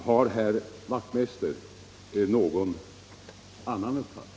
Har herr Wachtmeister någon annan uppfattning?